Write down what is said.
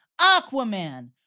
Aquaman